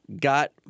Got